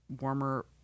warmer